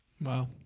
Wow